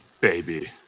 Baby